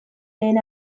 lehen